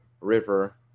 River